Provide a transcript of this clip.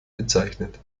bezeichnet